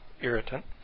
irritant